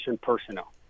personnel